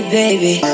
baby